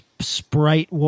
Sprite